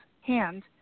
hand